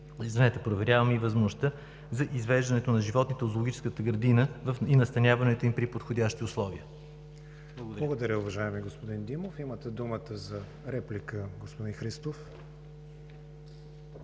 проверяваме и възможността за извеждането на животните от зоологическата градина и настаняването им при подходящи условия. ПРЕДСЕДАТЕЛ КРИСТИАН ВИГЕНИН: Благодаря, уважаеми господин Димов. Имате дума за реплика, господин Христов.